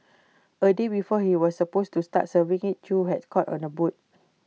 A day before he was supposed to start serving IT chew was caught on A boat